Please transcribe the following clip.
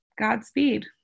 Godspeed